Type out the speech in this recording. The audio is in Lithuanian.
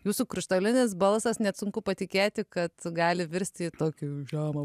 jūsų krištolinis balsas net sunku patikėti kad gali virsti į tokį žemą